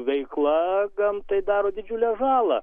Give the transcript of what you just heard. veikla gamtai daro didžiulę žalą